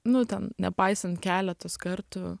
nu ten nepaisant keletos kartų